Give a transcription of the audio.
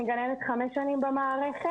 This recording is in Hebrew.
אני גננת חמש שנים במערכת,